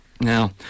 Now